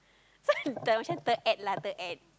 so macam ter add lah ter add